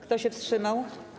Kto się wstrzymał?